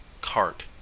Cart